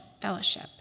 fellowship